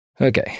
Okay